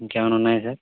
ఇంకేవన్నా ఉన్నాయా సార్